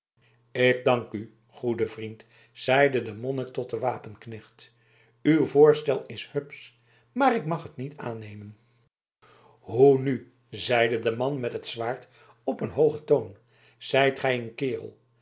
ik dank u goede vriend zeide de monnik tot den wapenknecht uw voorstel is hupsch maar ik mag het niet aannemen hoe nu zeide de man met het zwaard op een hoogen toon zijt gij een kerel